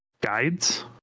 guides